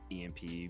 emp